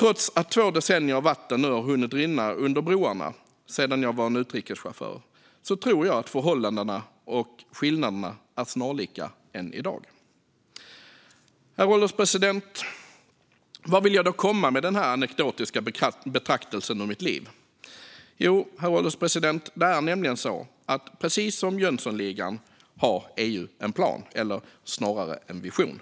Trots att två decennier av vatten nu har hunnit rinna under broarna sedan jag var en utrikeschaufför tror jag att förhållandena och skillnaderna är snarlika än i dag. Herr ålderspresident! Vart vill jag då komma med denna anekdotiska betraktelse ur mitt liv? Jo, herr ålderspresident, det är nämligen så att precis som Jönssonligan har EU en plan, eller snarare en vision.